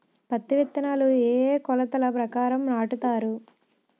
పత్తి విత్తనాలు ఏ ఏ కొలతల ప్రకారం నాటుతారు?